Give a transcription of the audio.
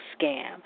scam